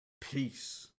Peace